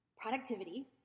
Productivity